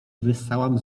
wyssałam